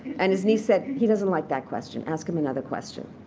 and his niece said, he doesn't like that question. ask him another question.